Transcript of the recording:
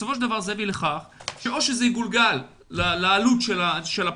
בסופו של דבר זה יביא לכך שאו שזה יגולגל לעלות של הפעוטון,